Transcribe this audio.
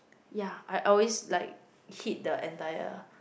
ya I always like hit the entire